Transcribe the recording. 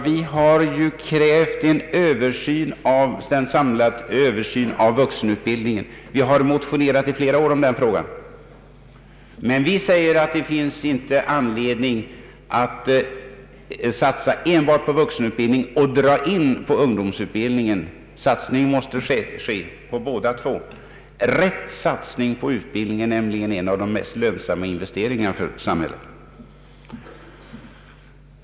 Vi har krävt en samlad översyn av vuxenutbildningen, och vi har i flera år motionerat i denna fråga, men vi säger samtidigt att man inte enbart kan satsa på vuxenutbildning och dra in på ungdomsutbildning. Satsningen bör ske på båda två. Rätt satsning på utbildning är nämligen en av de mest lönsamma investeringar som samhället gör.